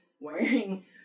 wearing